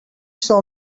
show